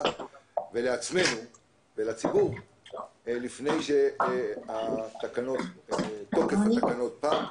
ולעצמנו ולציבור לפני שתוקף התקנות פג,